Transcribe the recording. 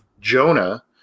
Jonah